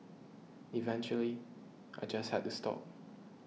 eventually I just had to stop